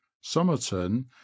Somerton